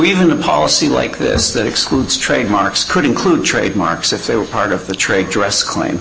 even a policy like this that excludes trademarks could include trademarks if they were part of the trade dress claim